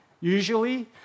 usually